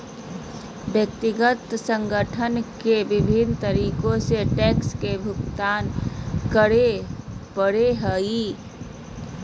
व्यक्ति संगठन के विभिन्न तरीका से टैक्स के भुगतान करे पड़ो हइ